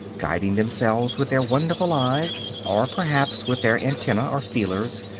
guiding themselves with their wonderful eyes, or perhaps with their antennae, or feelers,